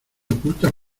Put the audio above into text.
ocultas